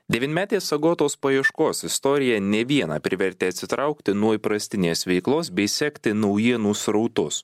devynmetės agotos paieškos istorija ne vieną privertė atsitraukti nuo įprastinės veiklos bei sekti naujienų srautus